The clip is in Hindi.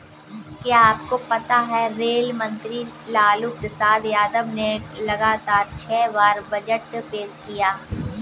क्या आपको पता है रेल मंत्री लालू प्रसाद यादव ने लगातार छह बार बजट पेश किया?